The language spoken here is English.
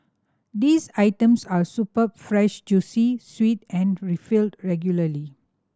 these items are superb fresh juicy sweet and refilled regularly